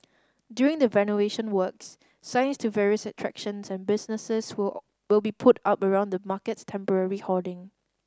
during the renovation works signs to various attractions and businesses will all will be put up around the market's temporary hoarding